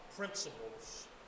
principles